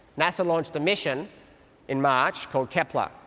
nasa launched a mission in march called kepler,